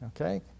Okay